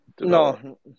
No